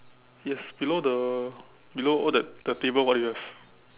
yes below the below all that the table what do you have